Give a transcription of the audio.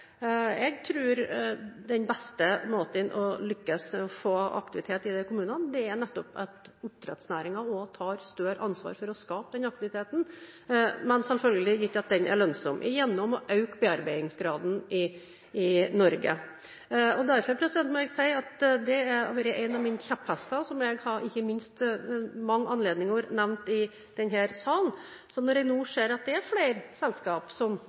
Jeg tror den beste måten å lykkes med å få aktivitet i de kommunene på, er at oppdrettsnæringen også tar større ansvar for å skape den aktiviteten – men selvfølgelig gitt at den er lønnsom – gjennom å øke bearbeidingsgraden i Norge. Jeg må si at det har vært en av mine kjepphester, som jeg ikke minst har nevnt ved mange anledninger i denne salen. Når jeg nå ser at det er flere selskaper som